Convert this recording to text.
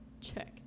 Check